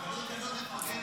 --- תפרגן